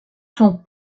sont